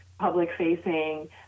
public-facing